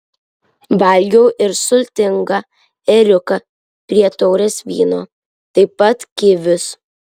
valgiau ir sultingą ėriuką prie taurės vyno taip pat kivius